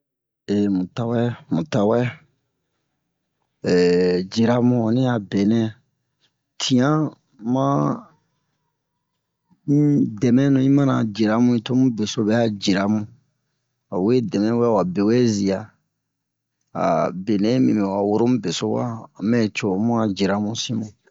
mu tawɛ mu tawɛ jiramu onni a benɛ tiyan ma benɛ um demɛnu yi mina yiramu tomu bɛ'a yiramu wawe dɛmɛ wɛ wa bewɛ ziya a benɛ yi mibin awa we woro mu besowa mɛco ho mu jiramu sinmu